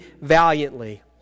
valiantly